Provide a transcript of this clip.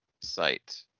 site